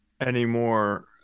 anymore